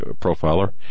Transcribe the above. profiler